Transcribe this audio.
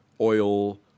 oil